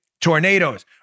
Tornadoes